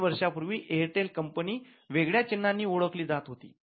काही वर्षापूर्वी एअरटेल कंपनी वेगळ्या चिन्हांनी ओळखली जात होती